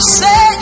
say